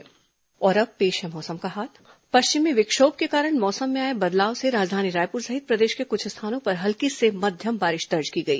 मौसम और अब पेश है मौसम का हाल पश्चिमी विक्षोभ के कारण मौसम में आए बदलाव से राजधानी रायपुर सहित प्रदेश के कुछ स्थानों पर हल्की से मध्यम बारिश दर्ज की गई